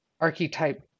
archetype